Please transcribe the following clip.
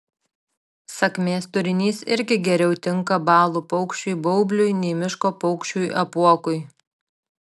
sakmės turinys irgi geriau tinka balų paukščiui baubliui nei miško paukščiui apuokui